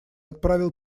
отправил